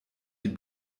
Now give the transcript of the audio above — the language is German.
die